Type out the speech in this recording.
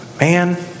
Man